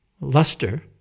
luster